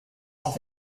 off